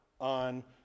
on